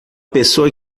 pessoa